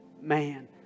man